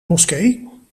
moskee